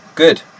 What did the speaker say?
Good